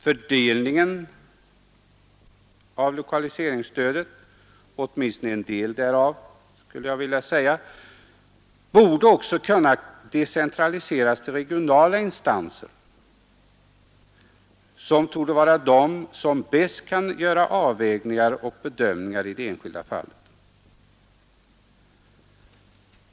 Fördelningen av lokaliseringsstödet — åtminstone en del därav — borde också kunna decentraliseras till regionala instanser, som torde vara de som bäst kan göra avvägningar och bedömningar i det enskilda fallet.